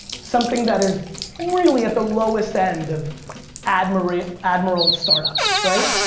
something that is really at the lowest end of admirable admirable startups. right?